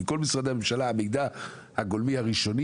מכל משרדי הממשלה המידע הגולמי הראשוני,